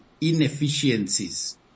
inefficiencies